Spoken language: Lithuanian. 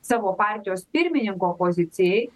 savo partijos pirmininko pozicijai